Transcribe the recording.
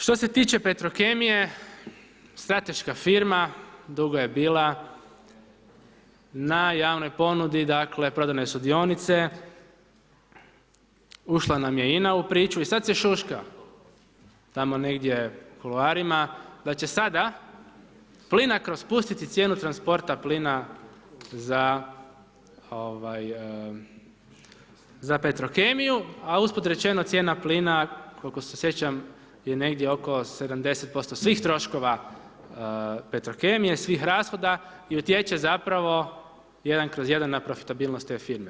Što se tiče Petrokemije, strateška firma, dugo je bila na javnoj ponudi, dakle prodane su dionice, ušla nam je INA u priču i sad se šuška tamo negdje u kuloarima da će sada Plinacro spustiti cijenu transporta plina za Petrokemiju, a usput rečeno cijena plina koliko se sjećam je negdje oko 70% svih troškova Petrokemije, svih rashoda i utječe zapravo jedan kroz jedan na profitabilnost te firme.